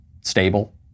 stable